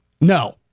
no